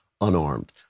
unarmed